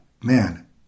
man